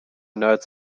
nerds